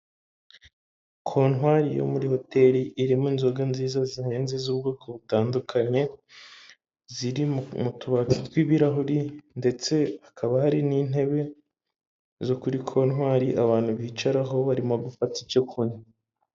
Konwair yo muri hoteri irimo inzoga nziza zihenze z'ubwoko butandukanye, ziri mu tubati tw'ibirahuri ndetse hakaba hari n'intebe zo kuri kontwari abantu bicaraho barimo gufata icyo kunywa.